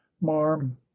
marm